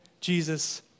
Jesus